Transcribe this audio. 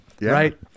Right